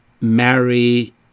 marry